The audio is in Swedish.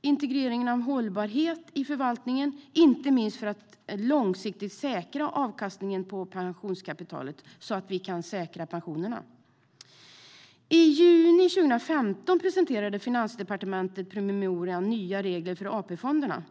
integreringen av hållbarhet i förvaltningen, inte minst för att långsiktigt säkra avkastningen av pensionskapitalet så att vi kan säkra pensionerna. I juni 2015 presenterade Finansdepartementet promemorian Nya regler för AP-fonderna .